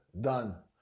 done